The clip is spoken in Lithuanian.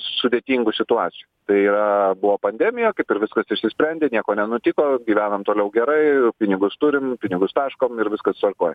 sudėtingų situacijų tai yra buvo pandemija kaip ir viskas išsisprendė nieko nenutiko gyvenam toliau gerai pinigus turim pinigus taškom ir viskas tvarkoj